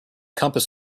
compass